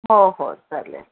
हो हो चालेल